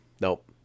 nope